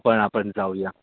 पण आपण जाऊया